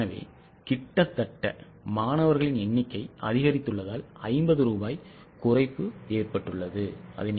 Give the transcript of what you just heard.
எனவே கிட்டத்தட்ட மாணவர்களின் எண்ணிக்கை அதிகரித்துள்ளதால் 50 ரூபாய் குறைப்பு ஏற்பட்டுள்ளது